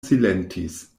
silentis